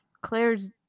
Claire's